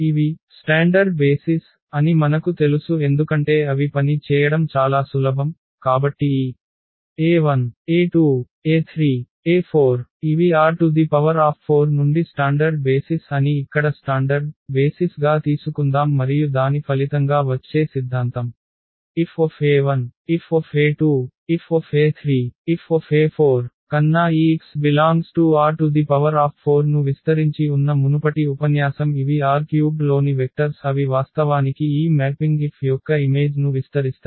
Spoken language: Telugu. ఇవి ప్రామాణిక ప్రాతిపదిక అని మనకు తెలుసు ఎందుకంటే అవి పని చేయడం చాలా సులభం కాబట్టి ఈ e1 e2 e3 e4 ఇవి R⁴ నుండి స్టాండర్డ్ బేసిస్ అని ఇక్కడ స్టాండర్డ్ బేసిస్ గా తీసుకుందాం మరియు దాని ఫలితంగా వచ్చే సిద్ధాంతం Fe1Fe2Fe3Fe4 కన్నా ఈ x∈R⁴ ను విస్తరించి ఉన్న మునుపటి ఉపన్యాసం ఇవి R³ లోని వెక్టర్స్ అవి వాస్తవానికి ఈ మ్యాపింగ్ F యొక్క ఇమేజ్ను విస్తరిస్తాయి